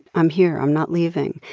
i'm here. i'm not leaving.